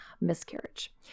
miscarriage